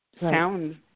sound